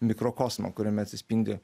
mikrokosmą kuriame atsispindi